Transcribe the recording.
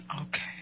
Okay